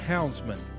Houndsman